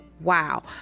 Wow